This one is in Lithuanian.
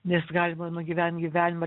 nes galima nugyvent gyvenimą